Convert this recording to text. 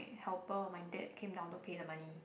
eh helper my dad come down to pay the money